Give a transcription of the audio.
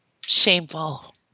Shameful